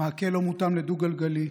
המעקה לא מותאם לרכב דו-גלגלי,